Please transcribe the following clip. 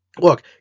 Look